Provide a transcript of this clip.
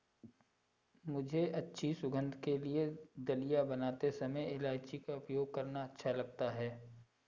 मुझे अच्छी सुगंध के लिए दलिया बनाते समय इलायची का उपयोग करना अच्छा लगता है